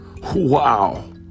wow